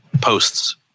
posts